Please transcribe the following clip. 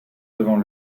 devant